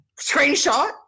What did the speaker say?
Screenshot